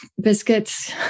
biscuits